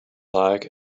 like